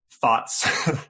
thoughts